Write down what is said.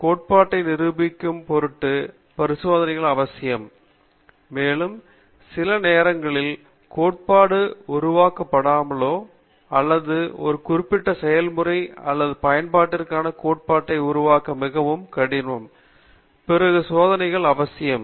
கோட்பாட்டை நிரூபிக்கும் பொருட்டு பரிசோதனைகள் அவசியம் மேலும் சில நேரங்களில் கோட்பாடு உருவாக்கப்படாமலோ அல்லது ஒரு குறிப்பிட்ட செயல்முறை அல்லது பயன்பாட்டிற்கான கோட்பாட்டை உருவாக்க மிகவும் கடினம் பிறகு சோதனைகள் அவசியம்